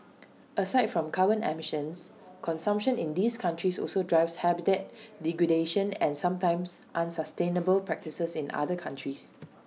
aside from carbon emissions consumption in these countries also drives habitat degradation and sometimes unsustainable practices in other countries